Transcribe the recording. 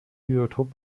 biotop